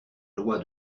loi